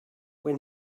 when